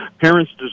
Parents